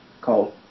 called